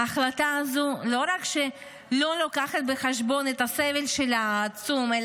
ההחלטה הזו לא רק שלא לוקחת בחשבון את הסבל העצום שלה,